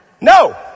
No